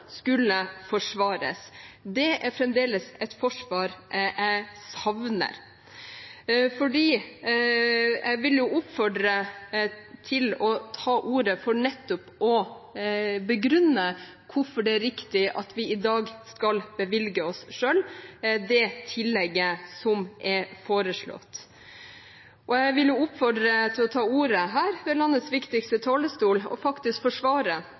skulle forsvares. Det er fremdeles et forsvar jeg savner. For jeg vil oppfordre til å ta ordet for nettopp å begrunne hvorfor det er riktig at vi i dag skal bevilge oss selv det tillegget som er foreslått. Jeg vil oppfordre til å ta ordet fra landets viktigste talerstol og faktisk forsvare